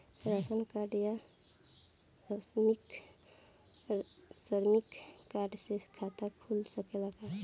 Ration card या श्रमिक card से खाता खुल सकेला का?